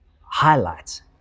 highlights